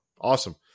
awesome